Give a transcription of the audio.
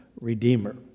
Redeemer